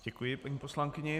Děkuji paní poslankyni.